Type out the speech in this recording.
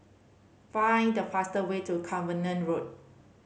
find the fastest way to Cavenagh Road